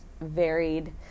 varied